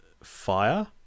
fire